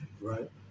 right